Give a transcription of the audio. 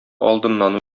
алдыннан